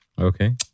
okay